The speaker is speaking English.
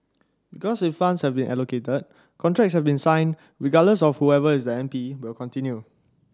because if funds have been allocated contracts have been signed regardless of whoever is the M P will continue